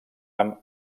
amb